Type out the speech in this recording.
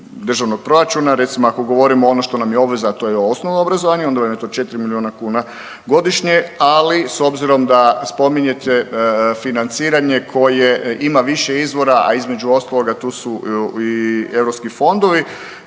državnog proračuna. Recimo ako govorimo ono što nam je obveza, a to je osnovno obrazovanje, onda vam je to 4 milijuna kuna godišnje, ali s obzirom da spominjete financiranje koje ima više izvora, a između ostaloga tu su i europski fondovi